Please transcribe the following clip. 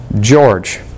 George